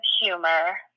humor